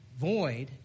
void